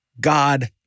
God